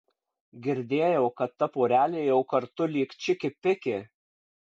girdėjau kad ta porelė jau kartu lyg čiki piki